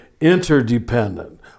interdependent